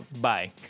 Bye